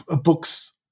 books